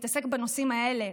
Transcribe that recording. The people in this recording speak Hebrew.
להתעסק בנושאים האלה,